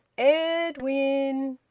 ed win!